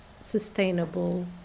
sustainable